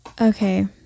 Okay